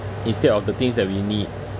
instead of the things that we need